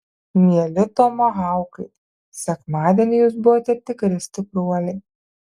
mieli tomahaukai sekmadienį jūs buvote tikri stipruoliai